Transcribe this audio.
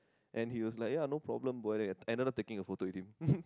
and he was like ya no problem boy then I ended up taking a photo with him